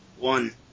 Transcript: One